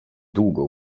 długo